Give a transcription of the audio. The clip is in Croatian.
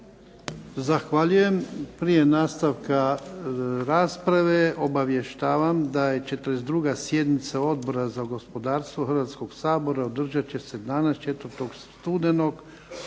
Zahvaljujem. Prije nastavka rasprave obavještavam da je 42. sjednica Odbora za gospodarstvo HRvatskog sabora održat će se danas 4. studenog